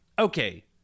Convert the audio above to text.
Okay